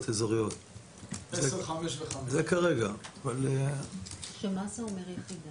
יש קריטריונים לקביעת גודל היחידה.